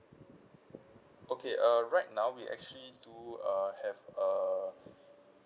okay uh right now we actually do uh have uh